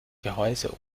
gehäuse